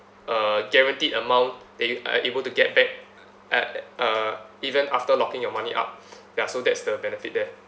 a guaranteed amount they are able to get back at uh even after locking your money up there ya so that's the benefit there